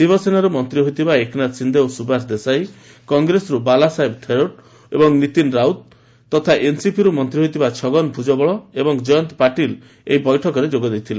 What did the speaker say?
ଶିବସେନାରୁ ମନ୍ତ୍ରୀ ହୋଇଥିବା ଏକ୍ନାଥ ସିନ୍ଧେ ଏବଂ ସୁବାସ ଦେଶାଇ କଂଗ୍ରେସରୁ ବାଲାସାହେବ ଥୋରଟ୍ ଏବଂ ନୀତିନ ରାଉତ୍ ତଥା ଏନ୍ସିପିରୁ ମନ୍ତ୍ରୀ ହୋଇଥିବା ଛଗନ ଭୁଜବଳ ଏବଂ ଜୟନ୍ତ ପାଟିଲ୍ ଏହି ବୈଠକରେ ଯୋଗ ଦେଇଥିଲେ